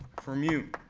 for mu.